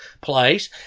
place